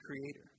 creator